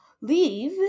Leave